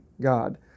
God